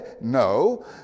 no